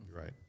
right